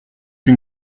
une